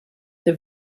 this